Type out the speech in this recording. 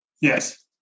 Yes